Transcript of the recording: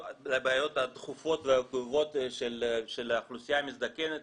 הדחופות והכאובות של האוכלוסייה המזדקנת.